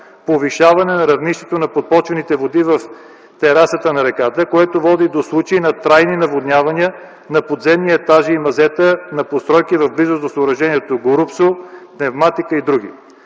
повишаване на равнището на подпочвените води в терасата на реката, което води до случаи на трайни наводнявания на подземни етажи и мазета на постройки в близост до съоръжението „Горубсо”, „Пневматика” и др.